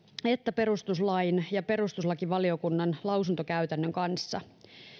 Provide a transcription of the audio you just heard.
että perustuslain ja perustuslakivaliokunnan lausuntokäytännön kanssa